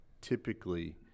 typically